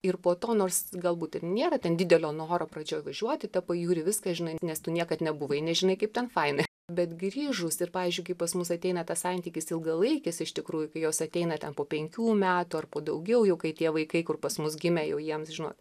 ir po to nors galbūt ir nėra ten didelio noro pradžioj važiuoti į tą pajūrį viską žinai nes tu niekad nebuvai nežinai kaip ten faina bet grįžus ir pavyzdžiui kai pas mus ateina tas santykis ilgalaikis iš tikrųjų kai jos ateina ten po penkių metų ar po daugiau jau kai tie vaikai kur pas mus gimė jau jiems žinot